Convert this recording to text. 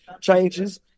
changes